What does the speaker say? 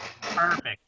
Perfect